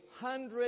hundred